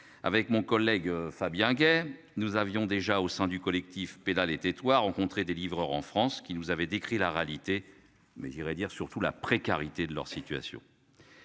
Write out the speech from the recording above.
avec mon collègue Fabien Gay. Nous avions déjà au sein du collectif Pédale et tais-toi, rencontrer des livreurs en France qui nous avez décrit la réalité mais j'irai dire surtout la précarité de leur situation.